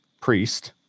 priest